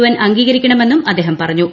N അംഗീകരിക്കണമെന്നും അദ്ദേഹം പറഞ്ഞു